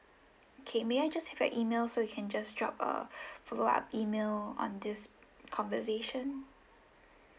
K may I just have your email so we can just drop a follow up email on this conversation